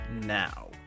now